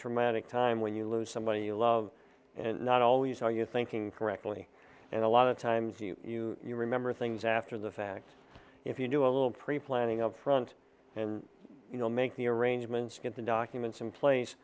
traumatic time when you lose somebody you love and not always are you thinking correctly and a lot of times you you you remember things after the fact if you do a little pre planning upfront and you know make the arrangements get the documents in place